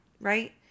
right